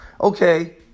Okay